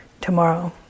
tomorrow